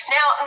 Now